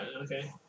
okay